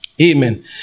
Amen